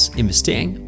investering